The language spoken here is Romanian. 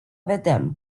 vedem